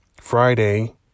Friday